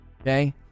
Okay